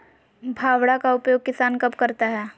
फावड़ा का उपयोग किसान कब करता है?